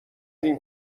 این